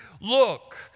Look